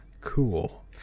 Cool